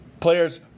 Players